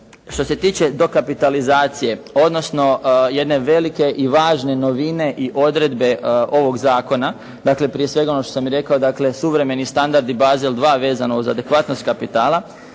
Što se tiče dokapitalizacije, odnosno jedne velike i važne novine i odredbe ovog zakona, dakle prije svega ono što sam i rekao, dakle suvremeni standardi bazel 2 vezano uz adekvatnost kapitala,